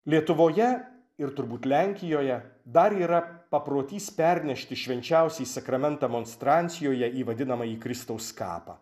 lietuvoje ir turbūt lenkijoje dar yra paprotys pernešti švenčiausiąjį sakramentą monstrancijoje į vadinamąjį kristaus kapą